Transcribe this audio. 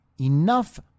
enough